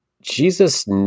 Jesus